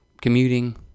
commuting